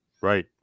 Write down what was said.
right